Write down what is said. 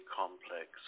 complex